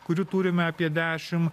kurių turime apie dešimt